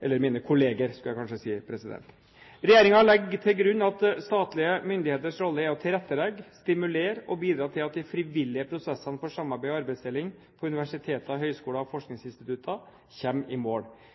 eller mine kolleger, burde jeg kanskje si – i Kunnskapsdepartementet. Regjeringen legger til grunn at statlige myndigheters rolle er å tilrettelegge, stimulere og bidra til at de frivillige prosessene for samarbeid og arbeidsdeling på universiteter, høyskoler og forskningsinstitutter kommer i mål.